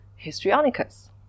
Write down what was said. Histrionicus